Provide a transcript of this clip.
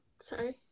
Sorry